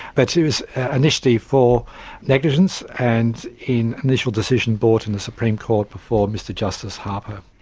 but it was initially for negligence, and in initial decision brought in the supreme court before mr justice harper.